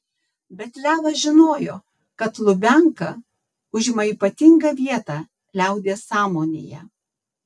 bet levas žinojo kad lubianka užima ypatingą vietą liaudies sąmonėje